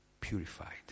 purified